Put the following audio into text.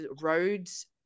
Roads